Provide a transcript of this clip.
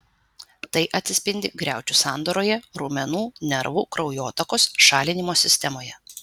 tai atsispindi griaučių sandaroje raumenų nervų kraujotakos šalinimo sistemoje